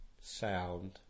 Sound